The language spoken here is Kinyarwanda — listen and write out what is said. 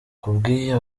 kubw’ibyo